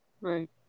Right